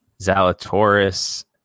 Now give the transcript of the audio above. Zalatoris